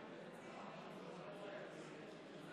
54 נגד,